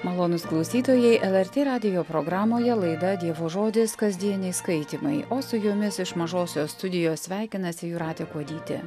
malonūs klausytojai el er tė radijo programoje laida dievo žodis kasdieniai skaitymai o su jumis iš mažosios studijos sveikinasi jūratė kuodytė